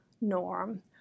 norm